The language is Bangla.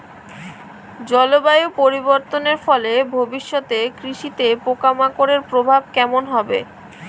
জলবায়ু পরিবর্তনের ফলে ভবিষ্যতে কৃষিতে পোকামাকড়ের প্রভাব কেমন হবে?